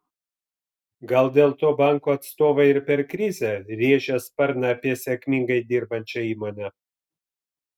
gal dėl to bankų atstovai ir per krizę rėžia sparną apie sėkmingai dirbančią įmonę